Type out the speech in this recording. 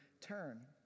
turn